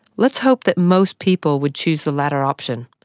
let's hope that most people would choose the latter option,